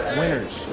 winners